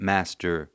Master